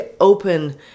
open